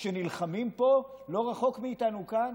כשנלחמים פה לא רחוק מאיתנו כאן,